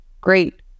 great